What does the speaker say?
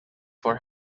for